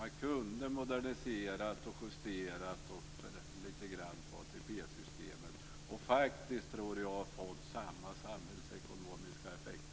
Man kunde modernisera och justera ATP-systemet lite grann och faktiskt få, tror jag, samma samhällsekonomiska effekt.